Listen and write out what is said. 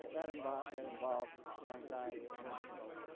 that involve that involve the anxiety of influence.